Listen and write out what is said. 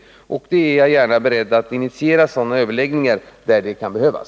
Jag skall gärna initiera sådana överläggningar där det kan behövas.